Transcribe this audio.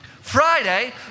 Friday